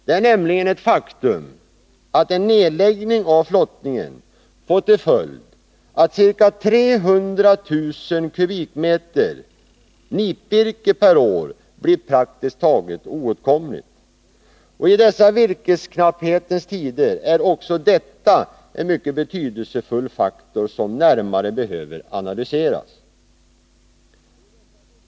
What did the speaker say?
Det är nämligen ett faktum att en nedläggning av flottningen får till följd att ca 300 000 m? nitvirke per år blir praktiskt taget oåtkomligt. I dessa virkesknapphetens tider är också detta en betydelsefull faktor som närmare behöver analyseras.